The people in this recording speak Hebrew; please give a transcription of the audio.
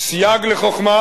סייג לחוכמה